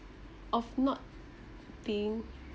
of not being